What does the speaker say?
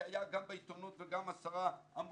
כי היה גם בעיתונות וגם השרה אמרה,